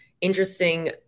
interesting